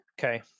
Okay